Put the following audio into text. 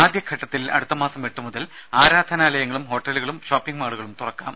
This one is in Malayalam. ആദ്യഘട്ടത്തിൽ അടുത്ത മാസം എട്ട് മുതൽ ആരാധനാലയങ്ങളും ഹോട്ടലുകളും ഷോപ്പിങ്ങ് മാളുകളും തുറക്കാം